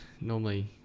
Normally